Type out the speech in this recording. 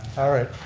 alright,